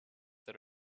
that